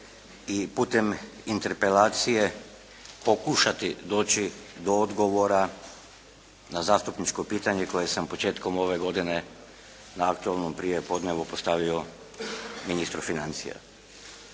i putem interpelacije pokušati doći do odgovora na zastupničko pitanje koje sam početkom ove godine na “aktualnom prijepodnevu“ postavio ministru financija.